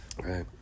right